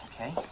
Okay